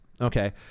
Okay